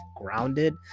grounded